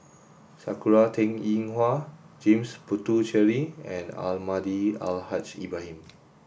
Sakura Teng Ying Hua James Puthucheary and Almahdi Al Haj Ibrahim